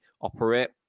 operate